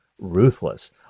ruthless